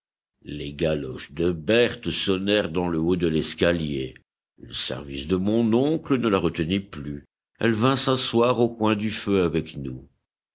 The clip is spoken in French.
les galoches de berthe sonnèrent dans le haut de l'escalier le service de mon oncle ne la retenait plus elle vint s'asseoir au coin du feu avec nous